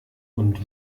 und